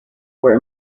were